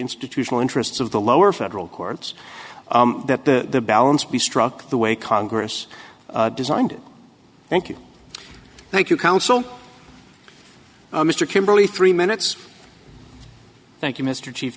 institutional interests of the lower federal courts that the balance be struck the way congress designed it thank you thank you counsel mr kimberly three minutes thank you mr chief